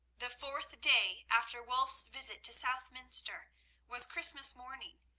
the fourth day after wulf's visit to southminster was christmas morning,